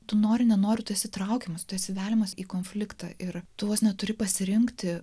tu nori nenori tas įtraukiamas atsidarymas į konfliktą ir tuos neturi pasirinkti